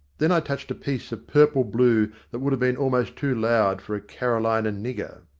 then i touched a piece of purple blue that would have been almost too loud for a carolina nigger.